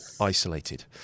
isolated